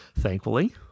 thankfully